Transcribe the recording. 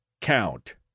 count